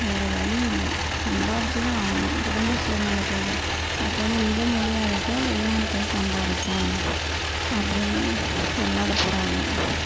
வேறு வழி இல்லை சம்பாதிச்சு தான் ஆகணும் குடும்ப சூழ்நெலைக்காக அப்போ வந்து இங்கே முடியாதப்போ வெளிநாடு போய் சம்பாதிப்போம் அப்படின்னு வெளிநாடு போகிறாங்க